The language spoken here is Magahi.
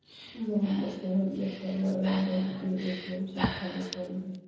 महम्मर शहर में कनारा बैंक के ए.टी.एम संख्या में कम हई